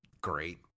great